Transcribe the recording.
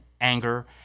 anger